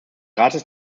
rates